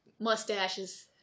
mustaches